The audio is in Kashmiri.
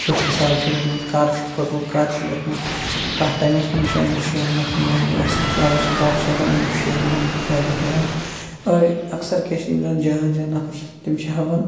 کٮُ۪تھ حِساب چھُ روٗدمُت کَر چھُ کھوٚتمُت کَر چھُ ووٚتھمُت کَتھ ٹایِمَس منٛز چھِ أہٕنٛدٮ۪ن شِیرَن آسان ویلیوٗ اَصٕل کَر چھُ آسان امیُک شِیرَن ہُنٛد وٮ۪لیوٗ گِرَن أڑۍ اکثَر کیٛاہ چھِ یِم زَن جان جان نفر چھِ تِم چھِ ہٮ۪وان